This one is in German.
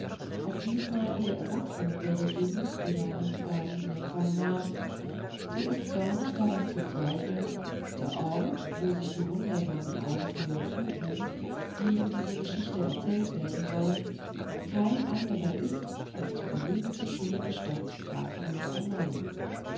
auch diesmal der erwachsene peregrinus die weihnachtsgaben in empfang nahm so ist gar nicht daran zu zweifeln daß der ort wo sich die wundersamen abenteuer zutrugen die in dieser geschichte erzählt werden sollen kein anderer ist als die berühmte schöne stadt frankfurt am main